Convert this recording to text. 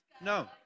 No